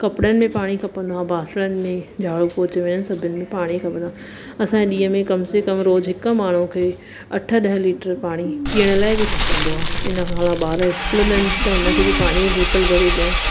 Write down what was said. कपिड़नि में पाणी खपंदो आहे आ बासणनि में झाडू पोंछे में सभिनि में पाणी खपंदो आहे असां ॾींहं में कम से कम रोज़ु हिकु माण्हू खे अठ ॾह लीटर पाणी पीअण लाइ बि खपंदो आहे इन खां अलावा ॿार स्कूल वञनि त हुनखे बि पाणी ई बोतल भरे ॾियूं